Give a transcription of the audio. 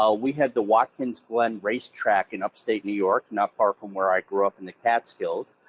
ah we had the watkins one race track in upstate new york, not far from where i grew up in the catskills,